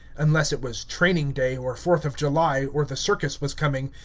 unless it was training-day, or fourth of july, or the circus was coming,